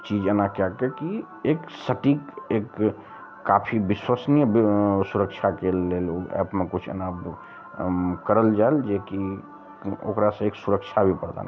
चीज एना कए कऽ की एक सटीक एक काफी बिश्वसनीय सुरक्षाके लेल ओ एपमे किछु एना करल जाए जेकि ओकरा से एक सुरक्षा भी प्रदान करै